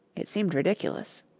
it seemed ridiculous.